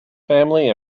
family